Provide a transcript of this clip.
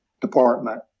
department